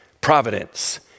providence